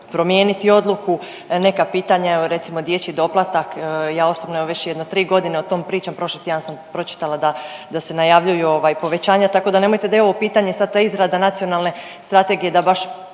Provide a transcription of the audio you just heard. promijeniti odluku, neka pitanja, evo recimo dječji doplatak. Ja osobno evo već jedno 3.g. o tom pričam, prošli tjedan sam pročitala da, da se najavljuju ovaj povećanja, tako da nemojte da je ovo pitanje sad ta izrada Nacionalne strategije da baš